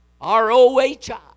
R-O-H-I